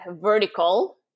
vertical